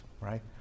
right